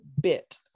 bit